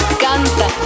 canta